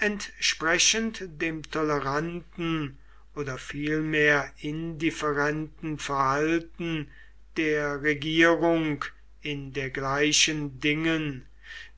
entsprechend dem toleranten oder vielmehr indifferenten verhalten der regierung in dergleichen dingen